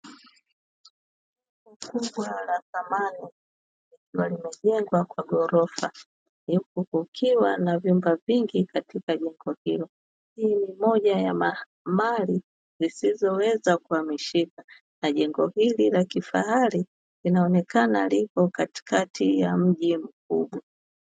Jumba la thamani lililojengwa kwa ghorofa huku kukiwa na vyumba vingi katika jengo hilo, hii ni moja ya mali zisizoweza kuhamishika na jengo hili la kifahari linaonekana lipo katkati ya mji mkubwa.